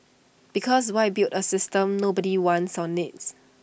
because why build A system nobody wants or needs